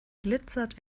glitzert